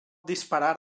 disparar